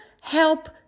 help